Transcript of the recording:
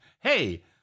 Hey